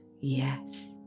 yes